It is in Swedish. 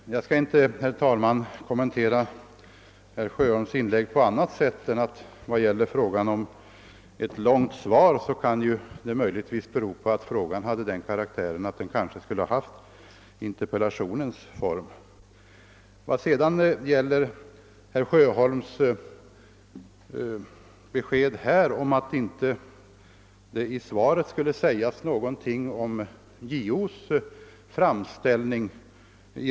Herr talman! Jag skall i stort sett inte kommentera herr Sjöholms inlägg på annat sätt än att svarets längd möjligtvis kan bero på att spörsmålet har den karaktären att det borde ha framförts i interpellationens form. Herr Sjöholm påstår att det i svaret inte står någonting om JO:s framställning.